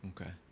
okay